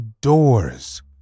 doors